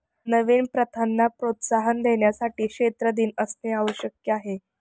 नवीन प्रथांना प्रोत्साहन देण्यासाठी क्षेत्र दिन असणे आवश्यक आहे